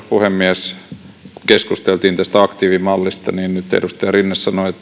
puhemies kun keskusteltiin tästä aktiivimallista niin edustaja rinne sanoi